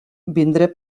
vindré